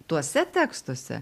tuose tekstuose